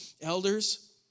elders